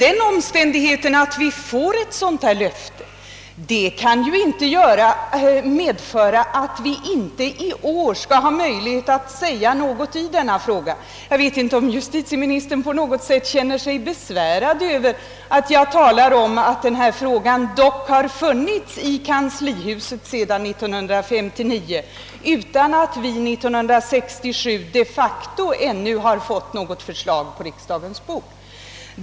Den omständigheten att vi fått ett sådant löfte kan dock inte medföra att vi i år skall sakna möjlighet att säga något i denna fråga. Känner justitieministern sig besvärad över att jag talar om att denna fråga dock funnits i Kanslihuset sedan 1959, utan att vi 1967 de facto ännu fått oss något förslag förelagt?